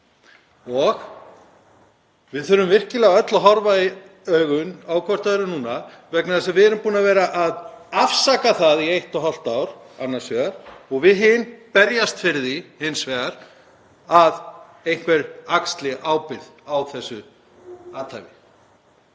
Við þurfum virkilega öll að horfa í augun á hvert öðru núna vegna þess að við erum búin að vera að afsaka það í eitt og hálft ár annars vegar og við hin að berjast fyrir því hins vegar að einhver axli ábyrgð á þessu athæfi.